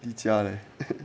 一家 leh